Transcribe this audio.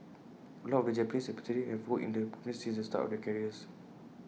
A lot of the Japanese expatriates have worked in the company since the start of their careers